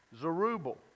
Zerubbabel